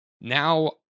Now